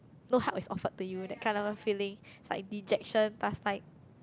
no help is offered to you that kind of a feeling it's like dejection plus like